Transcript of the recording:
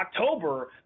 October